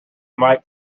might